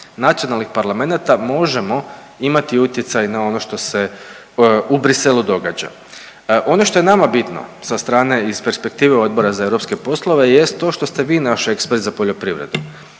nacionalnih parlamenata možemo imati utjecaj na ono što se u Bruxellesu događa. Ono što je nama bitno sa strane iz perspektive Odbora za europske poslove jest to što ste vi naš ekspert za poljoprivredu